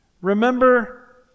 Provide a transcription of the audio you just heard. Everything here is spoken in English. Remember